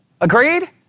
Agreed